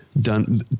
done